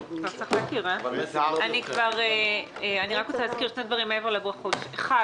אני רק רוצה להזכיר שני דברים מעבר לברכות: אחד